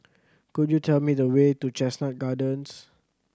could you tell me the way to Chestnut Gardens